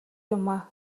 юмаа